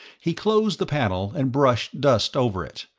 he closed the panel and brushed dust over it,